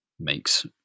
makes